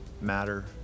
matter